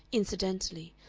incidentally,